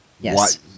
Yes